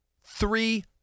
Three